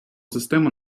система